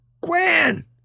Gwen